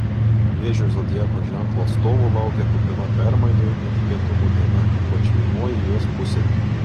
vėžio zodiako ženklo atstovų laukia kupina permainų ir netikėtumų diena ypač pirmoji jos pusė